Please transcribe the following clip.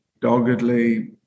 doggedly